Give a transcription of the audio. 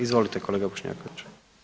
Izvolite kolega Bošnjaković.